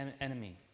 enemy